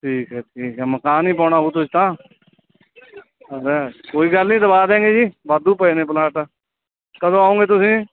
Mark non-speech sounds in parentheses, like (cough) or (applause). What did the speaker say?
ਠੀਕ ਹੈ ਠੀਕ ਹੈ ਮਕਾਨ ਹੀ ਪਾਉਣਾ ਹੋਊ ਤੁਸੀਂ ਤਾਂ (unintelligible) ਕੋਈ ਗੱਲ ਨਹੀਂ ਦਵਾ ਦਿਆਂਗੇ ਜੀ ਵਾਧੂ ਪਏ ਨੇ ਪਲਾਟ ਕਦੋਂ ਆਉਂਗੇ ਤੁਸੀਂ